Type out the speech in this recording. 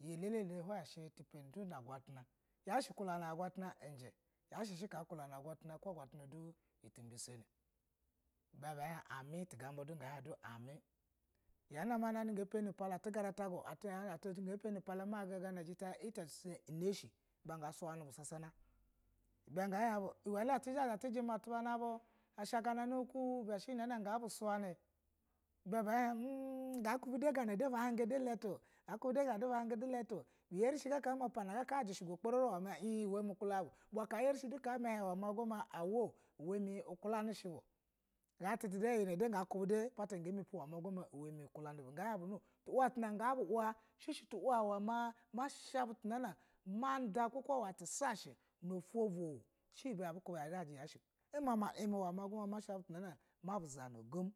iyi elele tipana tu go na gwatane ka ukulana agwataji ibe ga hin amu ibe ta gaba du ga hin amii ya na manoni tu ga pani pala pani pala ma jita itete na she ibe ga suyani bu sasana ibe ga hin bu uule le a ti ji ini atu ba na bu asha gana na ku ku ibe she iye na ga bu uyani ga kube gana na da ibe be hin e e ga kube de ba haga da eleti be ire she ga ma pana no ga ajishuja pkara ro ma hin uule me ga uku lani bu ga jiji da ga ku be de apata ga mapi ma uwe mi uku la ni bu no to uula tuna ga abu ula ushi she ma gba ma ido uule ti sa she na olu go bu o she ba ya zhaji yashe imama ime, imama imi ma sha butu na zha ma bu zana gomu.